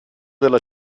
della